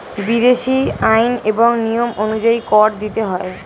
বিদেশী আইন এবং নিয়ম অনুযায়ী কর দিতে হয়